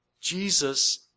Jesus